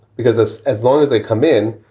because as as long as they come in,